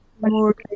more